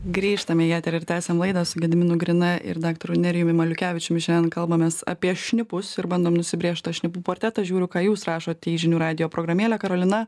grįžtam į eterį ir tęsiam laidą su gediminu grina ir daktaru nerijumi maliukevičium šiandien kalbamės apie šnipus ir bandom nusibrėžt tą šnipų portretą žiūriu ką jūs rašot į žinių radijo programėlę karolina